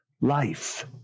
life